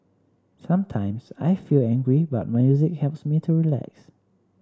sometimes I feel angry but music helps me to relax